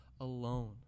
alone